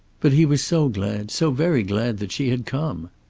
but he was so glad so very glad that she had come!